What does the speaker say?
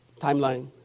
timeline